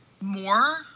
more